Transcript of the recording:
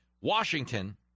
Washington